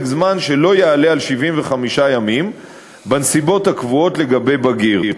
זמן שלא יעלה על 75 ימים בנסיבות הקבועות לגבי בגיר.